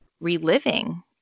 reliving